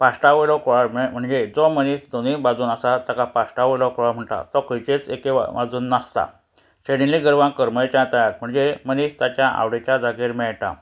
पाश्टा वयलो कुळो म्हणजे जो मनीस दोनूय बाजून आसा ताका पाश्टा वयलो कुळो म्हणजेच एके बाजून नासता शेणिल्लीं गोरवां करमळेच्या तळ्यांत म्हणजे मनीस ताच्या आवडेच्या जागेर मेळटा